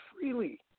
freely